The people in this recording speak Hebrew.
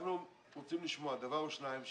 אנחנו רוצים לשמוע דבר או שניים.